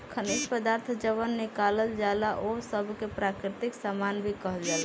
खनिज पदार्थ जवन निकालल जाला ओह सब के प्राकृतिक सामान भी कहल जाला